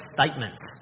statements